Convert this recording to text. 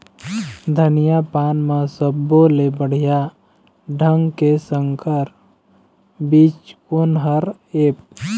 धनिया पान म सब्बो ले बढ़िया ढंग के संकर बीज कोन हर ऐप?